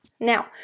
now